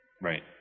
Right